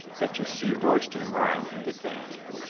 that you see royston ride into thame.